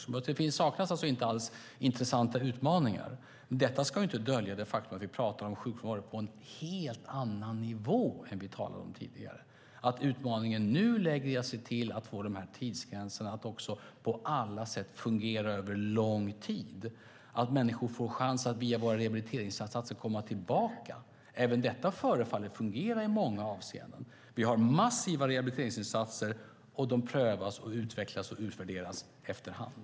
Det saknas alltså inte alls intressanta utmaningar, men detta ska inte dölja det faktum att vi pratar om sjukfrånvaro på en helt annan nivå än tidigare. Utmaningen nu handlar om att se till att få tidsgränserna att på alla sätt fungera över lång tid, så att människor får chans att via våra rehabiliteringsinsatser komma tillbaka. Även detta förefaller fungera i många avseenden. Vi har massiva rehabiliteringsinsatser, och de prövas, utvecklas och utvärderas efter hand.